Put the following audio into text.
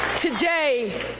Today